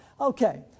Okay